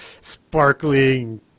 sparkling